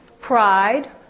pride